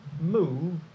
move